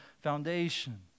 foundation